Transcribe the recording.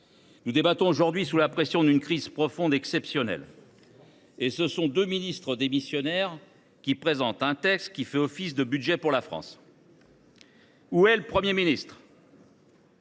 Nous débattons aujourd’hui sous la pression d’une crise profonde et exceptionnelle. Et ce sont deux ministres démissionnaires qui présentent un texte qui fait office de budget pour la France ! Où est le Premier ministre ?